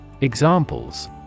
Examples